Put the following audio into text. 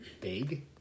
big